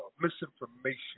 Misinformation